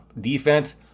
defense